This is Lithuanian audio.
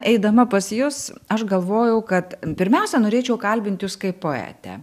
eidama pas jus aš galvojau kad pirmiausia norėčiau kalbinti jus kaip poetę